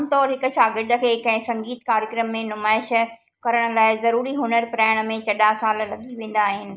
आम तौर हिकु शागिर्द खे कंहिं संगीत कार्यक्रम में नुमाइश करण लाइ ज़रूरी हुनुर पिराइण में चङा साल लॻी वेंदा आहिनि